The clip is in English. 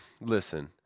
Listen